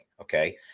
Okay